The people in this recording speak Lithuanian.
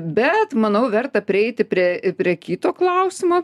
bet manau verta prieiti prie i prie kito klausimo